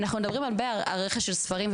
אנחנו מדברים הרבה על רכש ספרים,